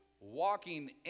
walking